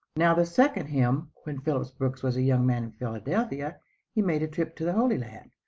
now the second hymn. when phillips brooks was a young man in philadelphia he made a trip to the holy land.